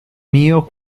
mio